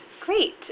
Great